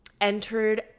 entered